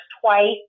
twice